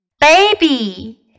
Baby